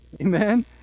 amen